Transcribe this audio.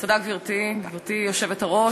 גברתי היושבת-ראש,